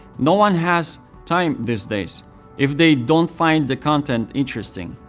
no one has time these days if they don't find the content interesting.